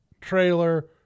trailer